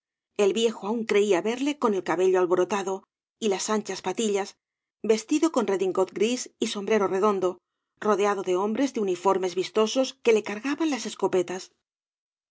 el viejo aun creía verle con el cabello alborotado y las anchas patillas vestido con redíngot gris y sombrero redondo rodeado de hombres de uniformes vistosos que le cargaban las escopetas